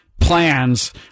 plans